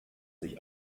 sich